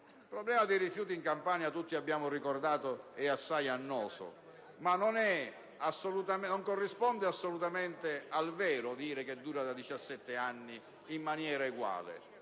Il problema dei rifiuti in Campania - tutti lo abbiamo ricordato - è assai annoso, ma non corrisponde assolutamente al vero che dura da 17 anni in maniera eguale.